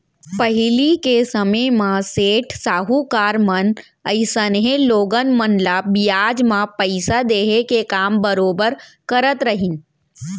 पहिली के समे म सेठ साहूकार मन अइसनहे लोगन मन ल बियाज म पइसा देहे के काम बरोबर करत रहिन